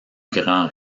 grand